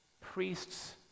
priests